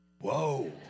whoa